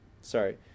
sorry